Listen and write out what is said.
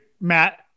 Matt